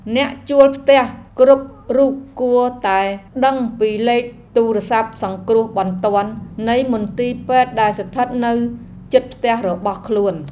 អ្នកជួលផ្ទះគ្រប់រូបគួរតែដឹងពីលេខទូរស័ព្ទសង្គ្រោះបន្ទាន់នៃមន្ទីរពេទ្យដែលស្ថិតនៅជិតផ្ទះរបស់ខ្លួន។